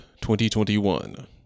2021